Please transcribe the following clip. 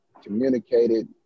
communicated